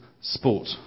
sport